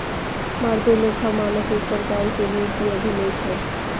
भारतीय लेखा मानक एक प्रकार के नीति अभिलेख हय